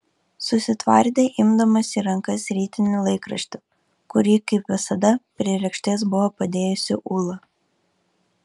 susitvardė imdamas į rankas rytinį laikraštį kurį kaip visada prie lėkštės buvo padėjusi ūla